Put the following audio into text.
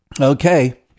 Okay